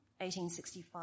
1865